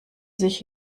sich